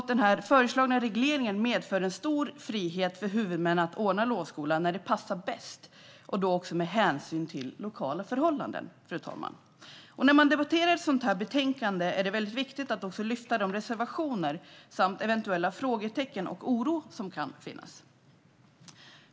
Den föreslagna regleringen medför också en stor frihet för huvudmän att anordna lovskola när det passar bäst, och då också med hänsyn till lokala förhållanden. När man debatterar ett sådant här betänkande är det mycket viktigt att även lyfta fram reservationer, eventuella frågetecken och den oro som kan finnas.